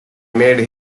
made